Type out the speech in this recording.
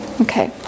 Okay